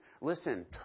Listen